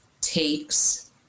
takes